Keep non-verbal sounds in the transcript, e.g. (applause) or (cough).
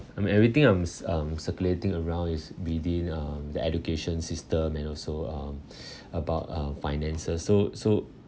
um everything I'm c~ um circulating around is within um the education system and also um (breath) about uh finances so so